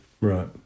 Right